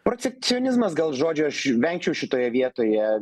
procekcionizmas gal žodžio aš vengčiau šitoje vietoje